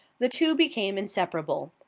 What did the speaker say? the two became inseparable.